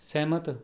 ਸਹਿਮਤ